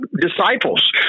disciples